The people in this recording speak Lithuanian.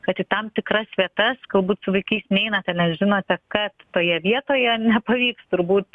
kad į tam tikras vietas galbūt su vaikais neina tenai žinote kad toje vietoje nepavyks turbūt